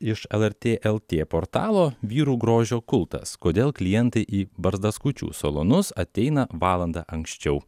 iš lrt lt portalo vyrų grožio kultas kodėl klientai į barzdaskučių salonus ateina valandą anksčiau